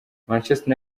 manchester